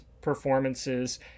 performances